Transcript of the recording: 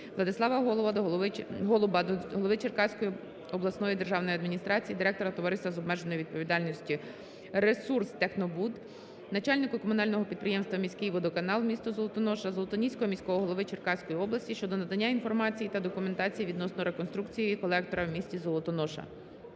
Владислава Голуба до голови Черкаської обласної державної адміністрації, директора Товариства з обмеженою відповідальністю "Ресурстехнобуд", начальнику комунального підприємства "Міський водоканал" (місто Золотоноша), Золотоніського міського голови Черкаської області щодо надання інформації та документації відносно реконструкції колектора в місті Золотоноша.